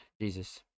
Jesus